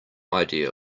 idea